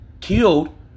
killed